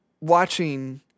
watching